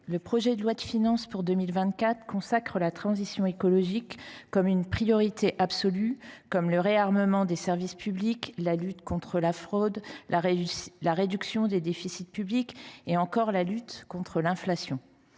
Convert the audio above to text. le projet de loi de finances pour 2024 fait de la transition écologique, tout comme du réarmement des services publics, de la lutte contre la fraude, de la réduction des déficits publics et de la lutte contre l’inflation,